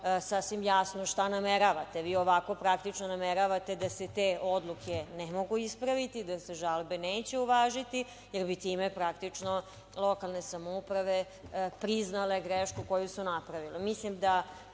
sasvim jasno šta nameravate. Vi ovako praktično nameravate da se te odluke ne mogu ispraviti, da se žalbe neće uvažiti, jer bi time praktično lokalne samouprave priznale grešku koju su napravile. Mislim